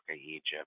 Egypt